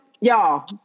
y'all